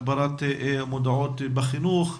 הגברת מודעות בחינוך,